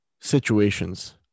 situations